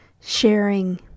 sharing